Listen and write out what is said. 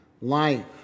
life